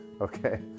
Okay